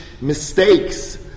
mistakes